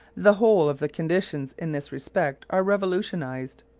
the whole of the conditions in this respect are revolutionised.